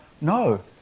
No